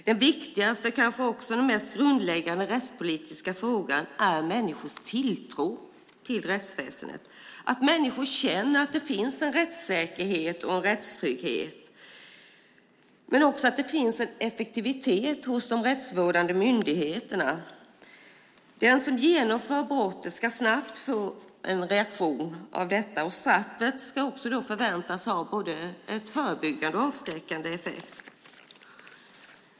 Den viktigaste och kanske också den mest grundläggande rättspolitiska frågan är människors tilltro till rättsväsendet, att människor känner att det finns en rättssäkerhet och en rättstrygghet, men också att det finns en effektivitet hos de rättsvårdande myndigheterna. Den som genomför brottet ska snabbt få en reaktion på detta, och straffet ska också förväntas ha en både förebyggande och avskräckande effekt.